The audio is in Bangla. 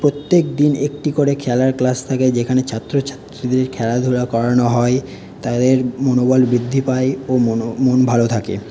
প্রত্যেক দিন একটি করে খেলার ক্লাস থাকে যেখানে ছাত্রছাত্রীদের খেলাধুলা করানো হয় তাদের মনোবল বৃদ্ধি পায় ও মন ভালো থাকে